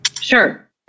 Sure